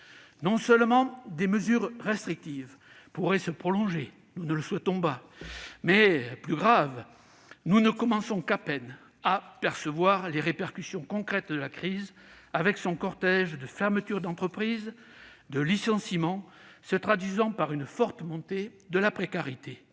Non seulement des mesures restrictives pourraient se prolonger- nous ne le souhaitons pas -mais, plus grave, nous commençons à peine à percevoir les répercussions concrètes de la crise, avec son cortège de fermetures d'entreprise et de licenciements qui se traduisent par une forte montée de la précarité.